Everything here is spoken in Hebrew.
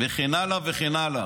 וכן הלאה וכן הלאה.